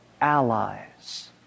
allies